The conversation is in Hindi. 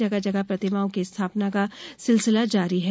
जगह जगह प्रतिमाओं की स्थापना का सिलसिला जारी है